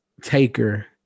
Taker